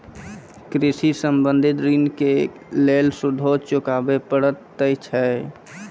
कृषि संबंधी ॠण के लेल सूदो चुकावे पड़त छै?